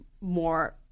more